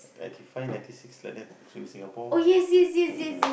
ninety five ninety six like that swing Singapore mhm